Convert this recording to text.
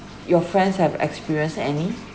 your friends have experienced any